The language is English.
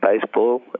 baseball